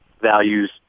values